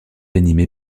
animé